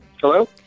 Hello